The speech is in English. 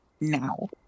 now